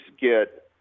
get